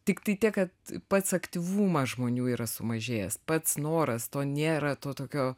tiktai tiek kad pats aktyvumas žmonių yra sumažėjęs pats noras to nėra to tokio